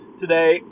today